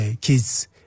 kids